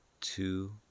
Two